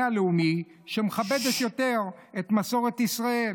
הלאומי שמחפשת יותר את מסורת ישראל.